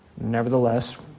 Nevertheless